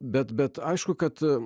bet bet aišku kad